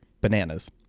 bananas